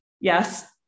yes